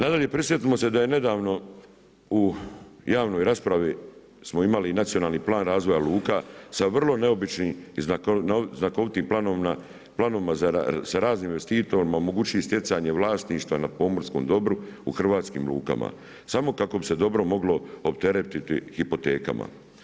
Nadalje, prisjetimo se da je nedavno u javnoj raspravi smo imali Nacionalni plan razvoja luka sa vrlo neobičnim i znakovitim planovima sa raznim investitorima, omogućili stjecanje vlasništva na pomorskom dobru u hrvatskim lukama samo kako bi se dobro moglo opteretiti hipotekama.